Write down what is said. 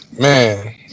Man